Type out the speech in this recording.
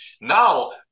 Now